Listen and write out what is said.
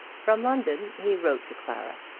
from london he wrote to clara,